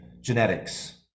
genetics